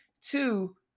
Two